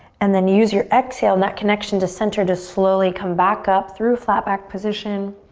and then use your exhale and that connection to center to slowly come back up through flat back position.